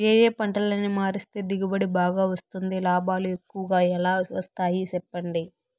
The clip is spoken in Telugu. ఏ ఏ పంటలని మారిస్తే దిగుబడి బాగా వస్తుంది, లాభాలు ఎక్కువగా ఎలా వస్తాయి సెప్పండి